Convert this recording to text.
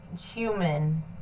human